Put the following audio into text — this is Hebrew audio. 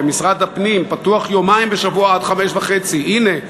במשרד הפנים פתוח יומיים בשבוע עד 17:30. הנה,